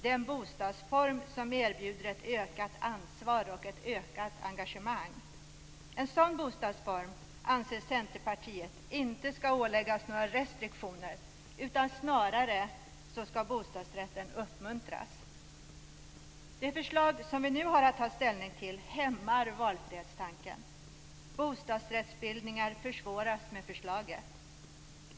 Det är en bostadsform som erbjuder ett ökat ansvar och engagemang. Centerpartiet anser att en sådan bostadsform inte skall åläggas några restriktioner. Bostadsrätten skall snarare uppmuntras. Det förslag som vi nu har att ta ställning till hämmar valfrihetstanken. Bostadsrättsbildningar försvåras med förslaget.